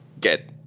get